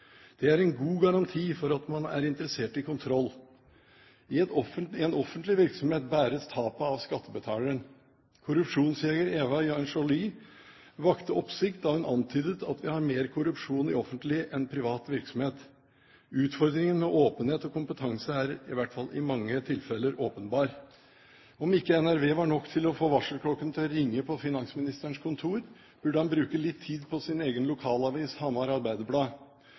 Det er en god garanti for at man er interessert i kontroll. I en offentlig virksomhet bæres tapet av skattebetaleren. Korrupsjonsjeger Eva Joly vakte oppsikt da hun antydet at vi har mer korrupsjon i offentlig enn i privat virksomhet. Utfordringen med åpenhet og kompetanse er i hvert fall i mange tilfeller åpenbar. Om ikke NRV var nok til å få varselklokkene til å ringe på finansministerens kontor, burde han bruke litt mer tid på sin egen lokalavis